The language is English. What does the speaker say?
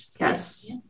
Yes